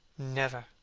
never.